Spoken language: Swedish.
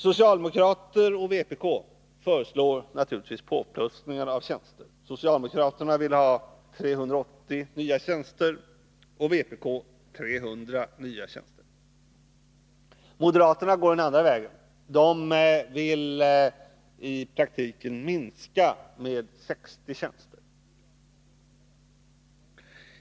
Socialdemokraterna och vpk föreslår naturligtvis påplussningar av antalet tjänster. Socialdemokraterna vill ha 380 och vpk 300 nya tjänster. Moderaterna går den andra vägen och vill i praktiken minska antalet tjänster med 60.